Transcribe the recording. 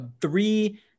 three